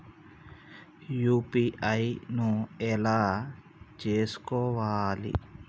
UPI ను ఎలా చేస్కోవాలి?